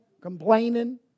complaining